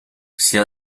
sia